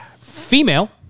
Female